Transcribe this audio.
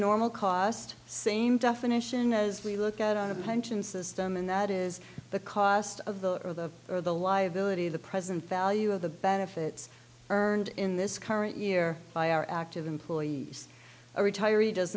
normal cost same definition as we look at on a pension system and that is the cost of the for the liability the present value of the benefits earned in this current year by our active employees a retiree does